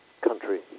country